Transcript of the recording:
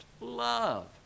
love